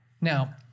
Now